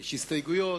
יש הסתייגויות,